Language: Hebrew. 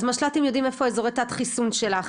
אז משל"טים יודעים איפה אזורי תת החיסון שלך,